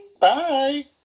Bye